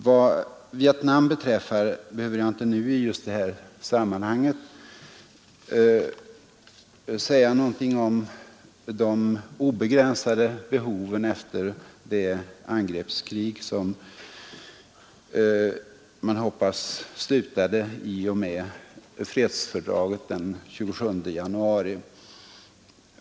Vad Vietnam beträffar behöver jag i detta sammanhang inte säga någonting om de obegränsade behoven efter det angreppskrig som man hoppas slutade i och med fredsfördraget den 27 januari.